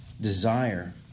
desire